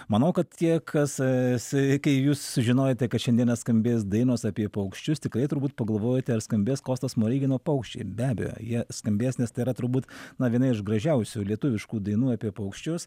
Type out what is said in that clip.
manau kad tie kas s kai jūs sužinojote kad šiandien skambės dainos apie paukščius tikrai turbūt pagalvojote ar skambės kosto smorigino paukščiai be abejo jie skambės nes tai yra turbūt na viena iš gražiausių lietuviškų dainų apie paukščius